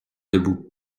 debout